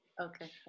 Okay